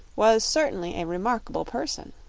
was certainly a remarkable person.